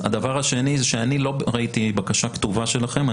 אני לא ראיתי בקשה כתובה שלכם.